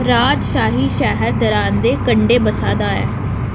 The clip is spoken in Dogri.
राजशाही शैह्र दरेआ दे कंढै बस्सा दा ऐ